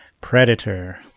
Predator